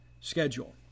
schedule